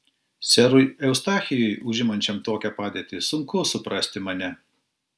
serui eustachijui užimančiam tokią padėtį sunku suprasti mane